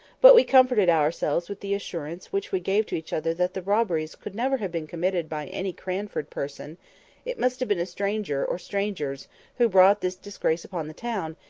but we comforted ourselves with the assurance which we gave to each other that the robberies could never have been committed by any cranford person it must have been a stranger or strangers who brought this disgrace upon the town,